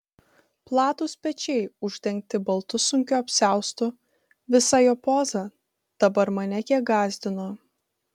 platūs pečiai uždengti baltu sunkiu apsiaustu visa jo poza dabar mane kiek gąsdino